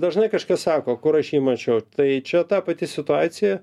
dažnai kažkas sako kur aš jį mačiau tai čia ta pati situacija